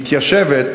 מתיישבת,